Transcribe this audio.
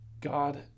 God